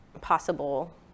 possible